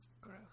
gross